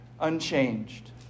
unchanged